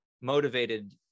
motivated